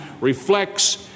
reflects